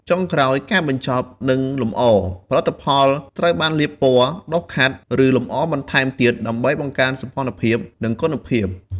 ចុងក្រោយការបញ្ចប់ និងលម្អ ផលិតផលត្រូវបានលាបពណ៌ ដុសខាត់ ឬលម្អបន្ថែមទៀតដើម្បីបង្កើនសោភ័ណភាព និងគុណភាព។